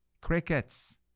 Crickets